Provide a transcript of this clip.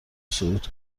صعود